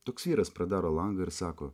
toks vyras pradaro langą ir sako